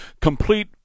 complete